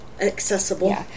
accessible